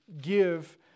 give